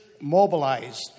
mobilized